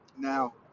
Now